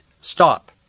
Stop